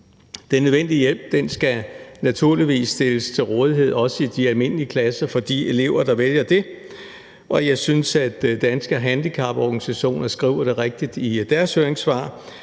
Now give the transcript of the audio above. Den nødvendige hjælp skal naturligvis stilles til rådighed – også i de almindelige klasser – for de elever, der vælger det, og jeg synes, at Danske Handicaporganisationer skriver det rigtigt i deres høringssvar,